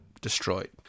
destroyed